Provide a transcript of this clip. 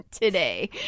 today